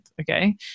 okay